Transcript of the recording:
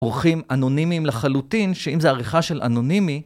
אורחים אנונימיים לחלוטין, שאם זה עריכה של אנונימי...